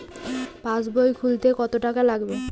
পাশবই খুলতে কতো টাকা লাগে?